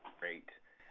great.